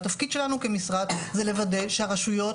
והתפקיד שלנו כמשרד זה לוודא שהרשויות